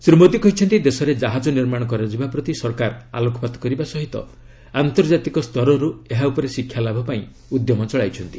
ଶ୍ରୀ ମୋଦୀ କହିଛନ୍ତି ଦେଶରେ ଜାହାଜ ନିର୍ମାଣ କରାଯିବା ପ୍ରତି ସରକାର ଆଲୋକପାତ କରିବା ସହ ଆନ୍ତର୍ଜାତିକ ସ୍ତରରୁ ଏହା ଉପରେ ଶିକ୍ଷା ଲାଭ ପାଇଁ ଉଦ୍ୟମ ଚଳାଇଛନ୍ତି